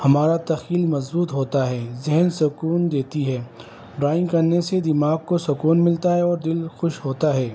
ہمارا تخیل مضبوط ہوتا ہے ذہن سکون دیتی ہے ڈرائنگ کرنے سے دماغ کو سکون ملتا ہے اور دل خوش ہوتا ہے